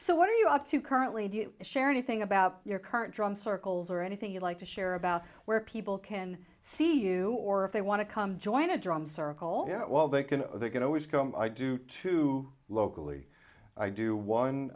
so what are you up to currently do you share anything about your current drum circles or anything you like to share about where people can see you or if they want to come join a drum circle yeah well they can they can always come i do too locally i do one